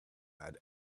had